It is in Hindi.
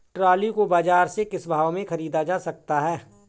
ट्रॉली को बाजार से किस भाव में ख़रीदा जा सकता है?